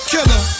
Killer